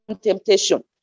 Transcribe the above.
temptation